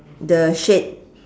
the shade